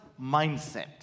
mindset